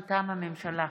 מטעם הממשלה: